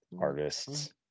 Artists